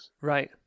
right